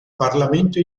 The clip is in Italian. parlamento